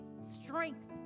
strength